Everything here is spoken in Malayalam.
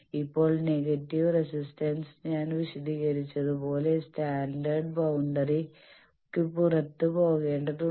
ഇപ്പോൾ നെഗറ്റീവ് റെസിസ്റ്റൻസ് ഞാൻ വിശദീകരിച്ചതുപോലെ സ്റ്റാൻഡേർഡ് ബൌണ്ടറിക്ക് പുറത്ത് പോകേണ്ടതുണ്ട്